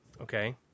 okay